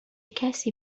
کسی